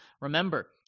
Remember